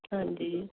ਹਾਂਜੀ